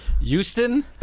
Houston